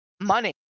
Money